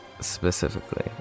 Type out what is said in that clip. specifically